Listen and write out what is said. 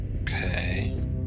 Okay